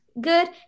good